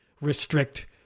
restrict